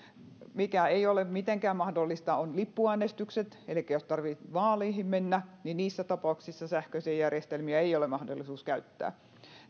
mikä ei ole mitenkään mahdollista on lippuäänestykset elikkä jos tarvitsee vaaleihin mennä niin niissä tapauksissa sähköisiä järjestelmiä ei ole mahdollisuus käyttää